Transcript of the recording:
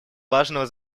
важного